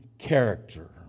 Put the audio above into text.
Character